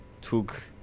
took